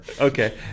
okay